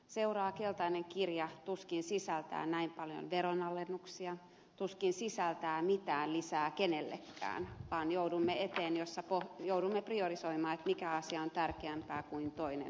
seuraava keltainen kirja tuskin sisältää näin paljon veronalennuksia tuskin sisältää mitään lisää kenellekään vaan joudumme priorisoimaan mikä asia on tärkeämpää kuin toinen asia